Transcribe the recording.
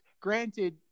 granted